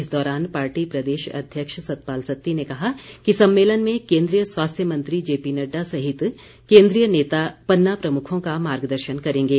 इस दौरान पार्टी प्रदेश अध्यक्ष सतपाल सत्ती ने कहा कि सम्मेलन में केन्द्रीय स्वास्थ्य मंत्री जेपी नड्डा सहित केन्द्रीय नेता पन्ना प्रमुखों का मार्गदर्शन करेंगे